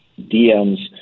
DMs